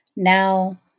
Now